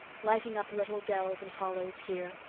lighting up little dells and hollows here,